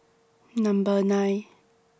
Number nine